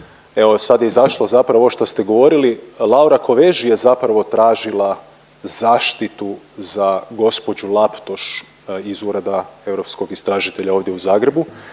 evo sad je izašlo zapravo ovo što ste govorili Laura Kovesi je zapravo tražila zaštitu za gospođu Laptoš iz Ureda europskog istražitelja ovdje u Zagrebu